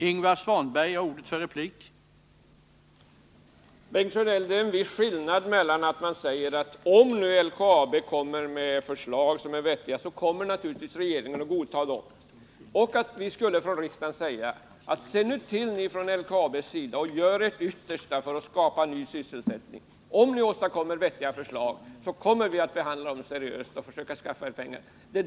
Herr talman! Det är en väldigt stor skillnad, Bengt Sjönell, mellan dessa båda synsätt. Å ena sidan skulle man säga att om LKAB lägger fram förslag som är vettiga, så kommer regeringen naturligtvis att godta dem. Å andra sidan skulle riksdagen uttala att LKAB skall göra sitt yttersta för att skapa ny sysselsättning och att vi, om man åstadkommer vettiga förslag, kommer att behandla dem seriöst och skaffa fram pengar.